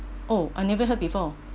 oh I never heard before